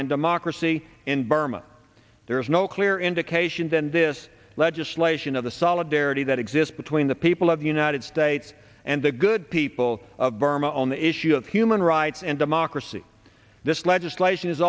and democracy in burma there is no clear indication than this legislation of the solidarity that exists between the people of the united states and the good people of burma on the issue of human rights and democracy this legislation is